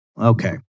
Okay